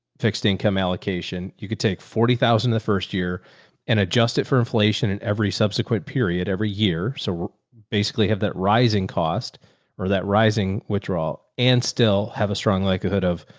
fixed income allocation. you could take forty thousand the first year and adjusted for inflation and every subsequent period every year. so basically have that rising cost or that rising withdrawal and still have a strong likelihood of,